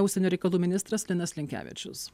užsienio reikalų ministras linas linkevičius